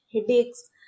headaches